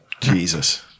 Jesus